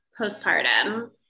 postpartum